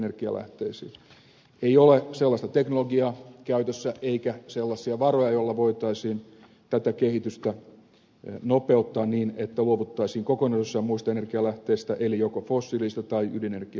ei ole sellaista teknologiaa käytössä eikä sellaisia varoja joilla voitaisiin tätä kehitystä nopeuttaa niin että luovuttaisiin kokonaan jostain muista energianlähteistä eli joko fossiilisista tai ydinenergian käytöstä